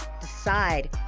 Decide